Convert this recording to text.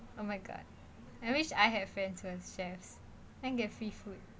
oh my god I wish I had friends who was chefs then get free food